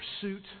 pursuit